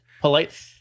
Polite